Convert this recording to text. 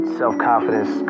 self-confidence